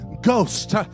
ghost